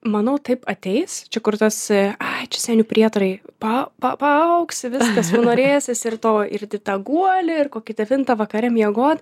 manau taip ateis čia kur tas ai čia seni prietarai pa pa paaugsi viskas ir norėsis ir to ir į tą guolį ir kokį devintą vakare miegot